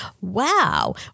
wow